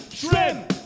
shrimp